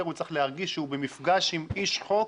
הוא צריך להרגיש שהוא במפגש עם איש חוק